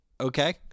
Okay